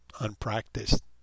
unpracticed